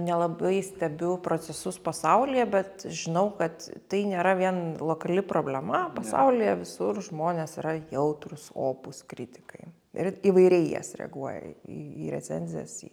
nelabai stebiu procesus pasaulyje bet žinau kad tai nėra vien lokali problema pasaulyje visur žmonės yra jautrūs opūs kritikai ir įvairiai į jas reaguoja į į recenzijas į